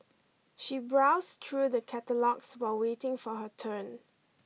she browse true the catalogues while waiting for her turn